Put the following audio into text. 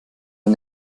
der